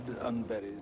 unburied